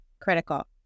critical